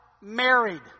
Married